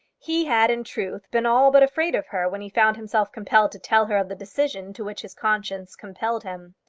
he had in truth been all but afraid of her when he found himself compelled to tell her of the decision to which his conscience compelled him.